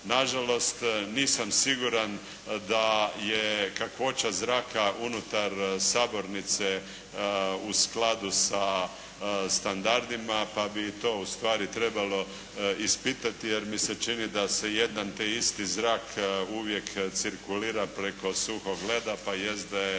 Na žalost, nisam siguran da je kakvoća zraka unutar sabornice u skladu sa standardima, pa bi to ustvari trebalo ispitati, jer mi se čini se jedan te isti zrak uvijek cirkulira preko suhog leda, pa jest da je